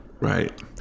Right